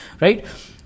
Right